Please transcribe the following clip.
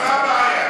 אז מה הבעיה?